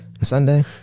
Sunday